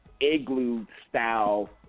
igloo-style